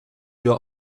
your